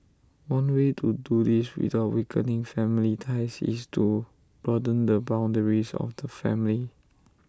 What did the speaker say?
one way to do this without weakening family ties is to broaden the boundaries of the family